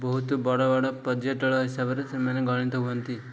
ବହୁତ ବଡ଼ ବଡ଼ ପର୍ଯ୍ୟଟକ ହିସାବରେ ସେମାନେ ଗଣିତ ହୁଅନ୍ତି